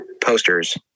posters